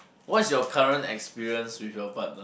what's your current experience with your partner